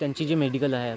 त्यांची जी मेडिकल आहे